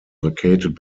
located